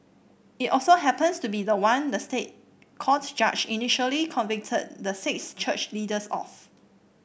it also happens to be the one the State Court judge initially convicted the six church leaders of